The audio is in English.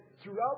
throughout